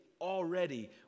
already